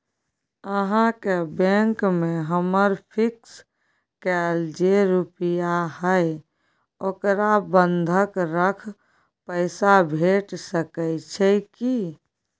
अहाँके बैंक में हमर फिक्स कैल जे रुपिया हय ओकरा बंधक रख पैसा भेट सकै छै कि?